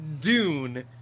Dune